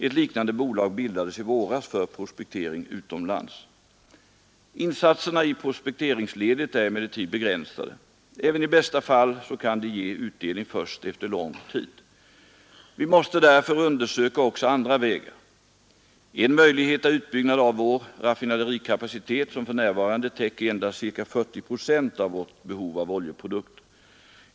Ett liknande bolag bildades i våras för prospektering utomlands. Insatserna i prospekteringsledet är emellertid begränsade. Även i bästa fall kan de ge utdelning först efter lång tid. Vi måste därför undersöka också andra vägar. En möjlighet är utbyggnad av vår raffinaderikapacitet, som för närvarande täcker endast ca 40 procent av vårt behov av oljeprodukter.